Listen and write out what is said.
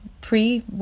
pre